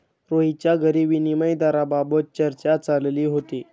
रोहितच्या घरी विनिमय दराबाबत चर्चा चालली होती